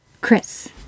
Chris